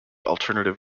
alternative